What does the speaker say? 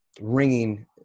ringing